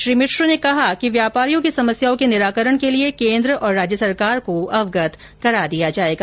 उन्होंने कहा कि व्यापारियों की समस्याओं के निराकरण के लिए केन्द्र और राज्य सरकार को अवगत करा दिया जाएगा